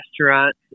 restaurant